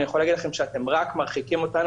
אני יכול להגיד לכם שאתם רק מרחיקים אותנו